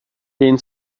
den